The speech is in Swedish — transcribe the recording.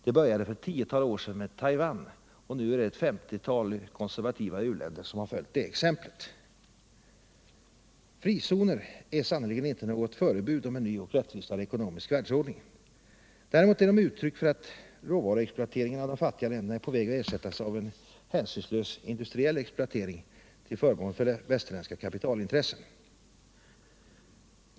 Det började för ett tiotal år sedan med Taiwan, och sedan dess har ett 50-tal konservativa u-länder följt Frizoner är sannerligen inte något förebud om en ny och rättvisare världsordning. Däremot är de uttryck för att råvaruexploateringen av de fattiga länderna är på väg att ersättas av en hänsynslös industriell exploatering till förmån för västerländska kapitalintressen.